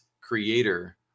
creator